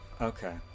Okay